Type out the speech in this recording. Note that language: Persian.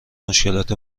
مشکلات